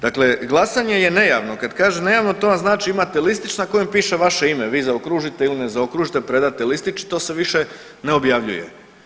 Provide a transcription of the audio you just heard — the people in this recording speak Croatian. Dakle, glasanje je nejavno, kad kaže nejavno to vam znači imate listić na kojem piše vaše ime, vi zaokružite ili ne zaokružite, predate listić i to se više ne objavljuje.